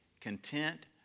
content